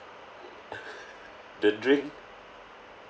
the drink